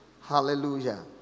Hallelujah